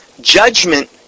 Judgment